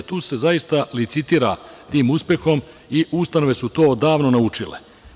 Tu se zaista licitira tim uspehom i ustanove su to odavno naučile.